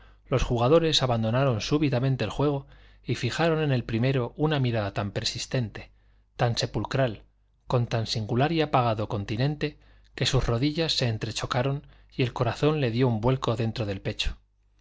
los jugadores abandonaron súbitamente el juego y fijaron en el primero una mirada tan persistente tan sepulcral con tan singular y apagado continente que sus rodillas se entrechocaron y el corazón le dió un vuelco dentro del pecho